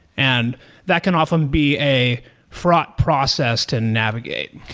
and that can often be a fraught process to navigate.